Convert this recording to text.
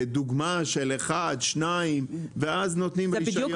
דוגמה של אחד או שניים ואז נותנים רישיון.